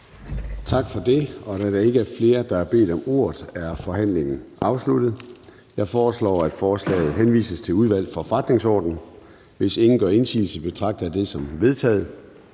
Tak for det. Da der ikke er flere, der har bedt om ordet, er forhandlingen afsluttet. Jeg foreslår, at forslaget henvises til Udvalget for Forretningsordenen. Hvis ingen gør indsigelse, betragter jeg det som vedtaget.